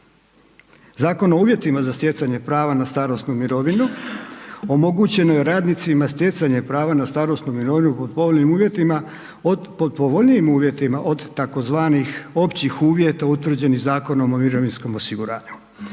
Zakon o uvjetima za stjecanje prava na starosnu mirovinu omogućeno je radnicima stjecanje prava na starosnu mirovinu po povoljnim uvjetima, od povoljnijim uvjetima od tzv. općih uvjeta utvrđenih Zakonom o mirovinskom osiguranju.